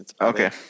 Okay